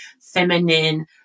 feminine